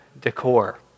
decor